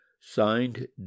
Signed